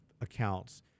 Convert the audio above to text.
accounts